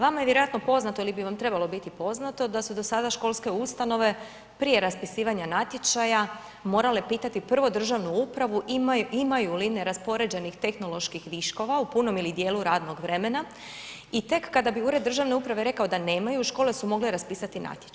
Vama je vjerojatno poznato ili bi vam trebalo biti poznato da su do sada školske ustanove prije raspisivanja natječaja morale pitati prvo državnu upravu imaju li neraspoređenih tehnoloških viškova u punom ili dijelu radnog vremenu i tek kada bi Ured državne uprave rekao da nemaju, škole su mogle raspisati natječaj.